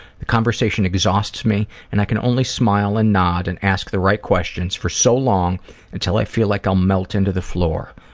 the conversation exhausts me and i can only smile and nod and ask the right questions for so long until i feel like i'll melt into the floor.